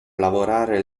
lavorare